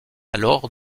alors